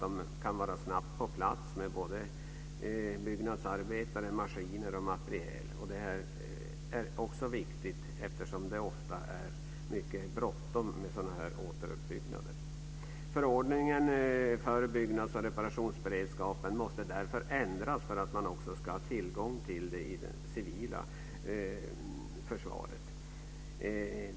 De kan vara snabbt på plats med både byggnadsarbetare, maskiner och materiel. Det är också viktigt eftersom det ofta är mycket bråttom med sådan här återuppbyggnad. Förordningen för Byggnads och reparationsberedskapen måste därför ändras för att man ska ha tillgång till den också i det civila försvaret.